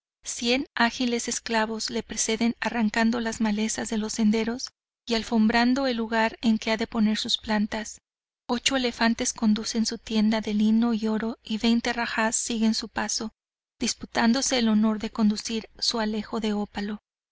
cien ágiles esclavos le preceden arrancando las malezas de los senderos y alfombrando el lugar en que ha de poner sus plantas ocho elefantes conducen su tienda de lino y oro y veinte rajas siguen su paso disputándose el honor de conducir su alejo de ópalo